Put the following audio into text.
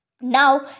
Now